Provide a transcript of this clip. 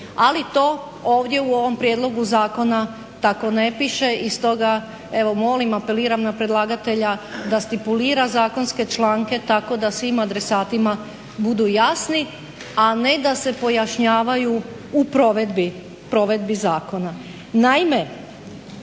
Ali to ovdje u ovom prijedlogu zakona tako ne piše i stoga, evo molim, apeliram na predlagatelja da stipulira zakonske članke tako da svim adresatima budu jasni, a ne da se pojašnjavaju u provedbi zakona.